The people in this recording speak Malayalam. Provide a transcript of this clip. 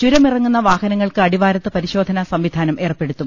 ചുരമിറങ്ങുന്ന വാഹനങ്ങൾക്ക് അടിവാരത്ത് പരി ശോധനാ സംവിധാനം ഏർപെടുത്തും